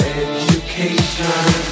education